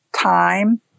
time